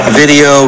video